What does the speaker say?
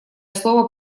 слово